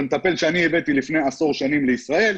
זה מטפל שאני הבאתי לפני עשור שנים לישראל,